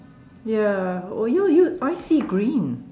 ya oh your you I see green